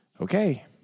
okay